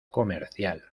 comercial